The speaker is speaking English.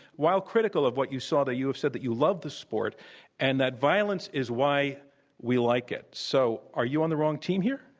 while critical of what you saw, you have said that you love the sport and that violence is why we like it. so are you on the wrong team here?